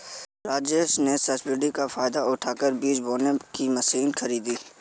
राजेश ने सब्सिडी का फायदा उठाकर बीज बोने की मशीन खरीदी